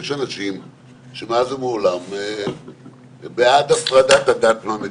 יש אנשים שמאז ומעולם בעד הפרדת הדת מהמדינה.